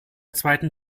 zweiten